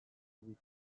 zubitik